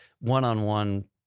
one-on-one